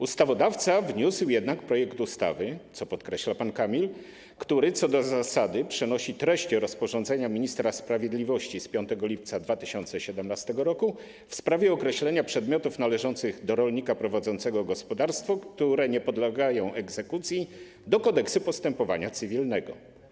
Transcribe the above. Ustawodawca wniósł projekt ustawy - co podkreśla pan Kamil - w którym co do zasady przenosi treść rozporządzenia ministra sprawiedliwości z dnia 5 lipca 2017 r. w sprawie określenia przedmiotów należących do rolnika prowadzącego gospodarstwo, które nie podlegają egzekucji, do Kodeksu postępowania cywilnego.